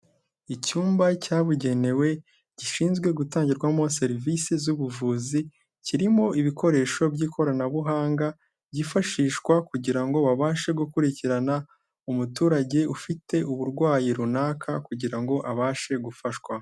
Icyumba cyabugenewe, gishinzwe gutangirwamo serivisi z'ubuvuzi, kirimo ibikoresho by'ikoranabuhanga, byifashishwa kugira ngo babashe gukurikirana umuturage ufite uburwayi runaka, kugira ngo abashe gufashwa.